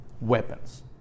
weapons